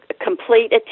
complete